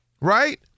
Right